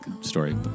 story